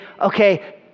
Okay